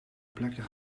plekken